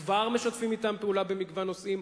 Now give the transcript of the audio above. כבר משתפים אתם פעולה במגוון נושאים,